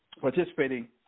participating